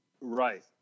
right